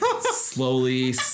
slowly